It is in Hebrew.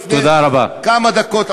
לפני כמה דקות,